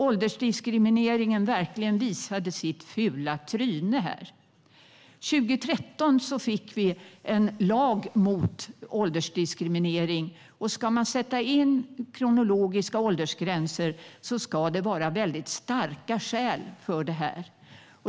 Åldersdiskrimineringen visade verkligen sitt fula tryne. År 2013 fick vi en lag mot åldersdiskriminering, och ska man sätta in kronologiska åldersgränser ska det finnas väldigt starka skäl för det.